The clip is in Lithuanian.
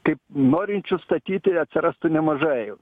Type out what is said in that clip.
kaip norinčių statyti atsirastų nemažai